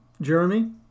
Jeremy